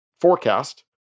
forecast